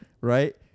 right